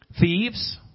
Thieves